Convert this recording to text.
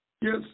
Yes